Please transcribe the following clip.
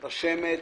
רשמת,